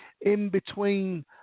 in-between